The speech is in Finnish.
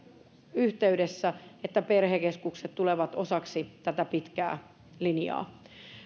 yhteydessä että perhekeskukset tulevat osaksi tätä pitkää linjaa